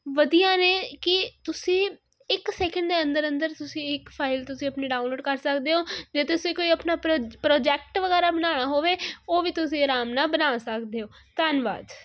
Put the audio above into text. ਵਧੀਆ ਨੇ ਕਿ ਤੁਸੀਂ ਇੱਕ ਸੈਕਿੰਡ ਦੇ ਅੰਦਰ ਅੰਦਰ ਤੁਸੀਂ ਇੱਕ ਫਾਈਲ ਤੁਸੀਂ ਆਪਣੀ ਡਾਊਨਲੋਡ ਕਰ ਸਕਦੇ ਹੋ ਜੇ ਤੁਸੀਂ ਕੋਈ ਆਪਣਾ ਪ੍ਰੋ ਪ੍ਰੋਜੈਕਟ ਵਗੈਰਾ ਬਣਾਉਣਾ ਹੋਵੇ ਉਹ ਵੀ ਤੁਸੀਂ ਆਰਾਮ ਨਾਲ ਬਣਾ ਸਕਦੇ ਹੋ ਧੰਨਵਾਦ